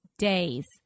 days